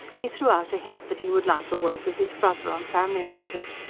he threw out a hint that he would like a word with his brother on family matters.